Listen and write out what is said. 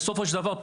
בסופו של דבר,